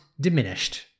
diminished